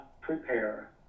prepare